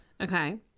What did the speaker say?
Okay